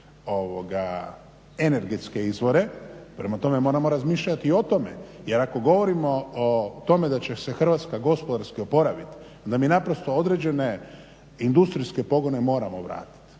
energetske izvore, prema tome moramo razmišljat i o tome. Jer ako govorimo o tome da će se Hrvatska gospodarski oporaviti, da mi naprosto određene industrijske pogone moram vratiti,